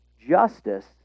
justice